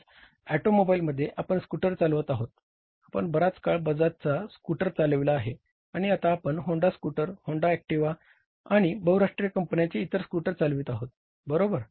आज ऑटोमोबाईलमध्ये आपण स्कूटर चालवत आहोत आपण बराच काळ बजाजचा स्कूटर चालविला आहे आणि आता आपण होंडा स्कूटर होंडा अॅक्टिव्हा किंवा बहुराष्ट्रीय कंपन्यांचे इतर स्कूटर चालवित आहोत बरोबर